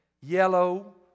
yellow